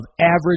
average